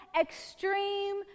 extreme